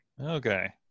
Okay